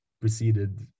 preceded